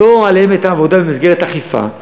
לאסור עליהם את העבודה במסגרת אכיפת החוק,